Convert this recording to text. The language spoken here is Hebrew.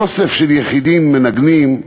אוסף של יחידים שמנגנים,